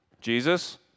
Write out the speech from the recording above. Jesus